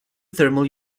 thermal